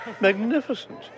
Magnificent